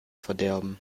verderben